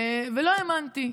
ולא האמנתי.